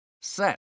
set